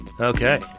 Okay